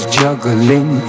juggling